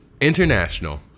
international